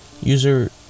user